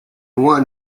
one